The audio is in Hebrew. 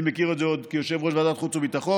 אני מכיר את זה עוד כיושב-ראש ועדת החוץ והביטחון.